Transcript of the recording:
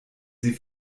sie